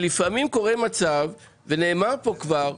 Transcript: לפעמים קורה מצב, ונאמר כאן כבר,